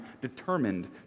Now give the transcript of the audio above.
determined